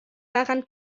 daran